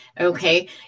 okay